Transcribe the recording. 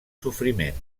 sofriment